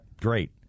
Great